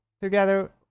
together